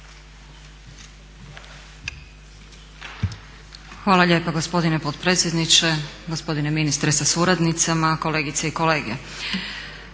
Hvala lijepa gospodine potpredsjedniče, gospodine ministre sa suradnicama, kolegice i kolege.